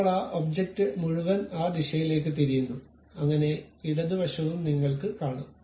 ഇപ്പോൾ ആ ഒബ്ജക്റ്റ് മുഴുവൻ ആ ദിശയിലേക്ക് തിരിയുന്നു അങ്ങനെ ഇടത് വശവും നിങ്ങൾക്ക് കാണാം